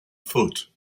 foot